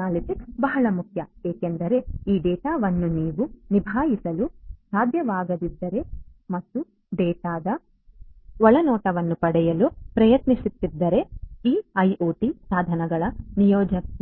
analytics ಬಹಳ ಮುಖ್ಯ ಏಕೆಂದರೆ ಈ ಡೇಟಾವನ್ನು ನೀವು ನಿಭಾಯಿಸಲು ಸಾಧ್ಯವಾಗದಿದ್ದರೆ ಮತ್ತು ಡೇಟಾದ ಒಳನೋಟವನ್ನು ಪಡೆಯಲು ಪ್ರಯತ್ನಿಸದಿದ್ದರೆ ಈ ಐಒಟಿ ಸಾಧನಗಳ